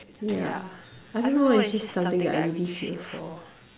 yeah I don't know leh it's just something that I really feel for